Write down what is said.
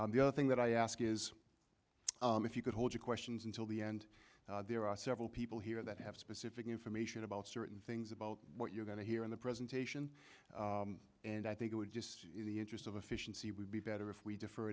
the other thing that i ask is if you could hold your questions until the end there are several people here that have specific information about certain things about what you're going to hear in the presentation and i think i would just in the interest of efficiency would be better if we defer